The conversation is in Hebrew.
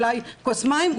אולי כוס מים,